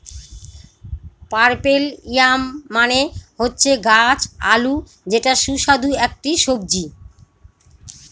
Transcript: purple yam মানে হচ্ছে গাছ আলু যেটা সুস্বাদু একটি সবজি